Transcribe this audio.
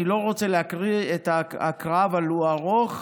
אני לא רוצה להקריא את ההקראה, הוא ארוך.